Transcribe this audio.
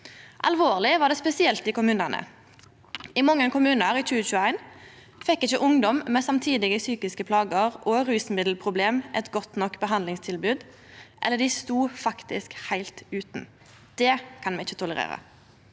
Alvorleg var det spesielt i kommunane. I mange kommunar i 2021 fekk ikkje ungdom med samtidige psykiske plagar og rusmiddelproblem eit godt nok behandlingstilbod, eller dei stod faktisk heilt utan. Det kan me ikkje tolerera.